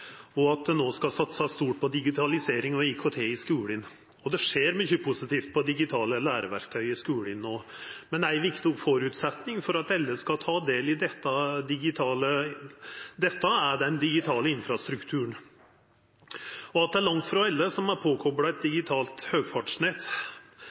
no. Men ein viktig føresetnad for at alle skal ta del i dette, er den digitale infrastrukturen. At det er langt frå alle som er kobla på eit